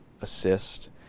assist